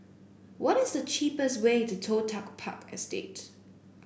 what is the cheapest way to Toh Tuck Park Estate